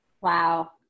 Wow